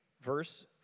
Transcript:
verse